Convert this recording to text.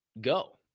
go